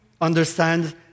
understand